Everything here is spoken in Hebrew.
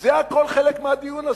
זה הכול חלק מהדיון הזה.